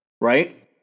Right